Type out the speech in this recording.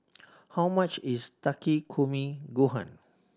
how much is Takikomi Gohan